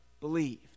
believed